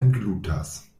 englutas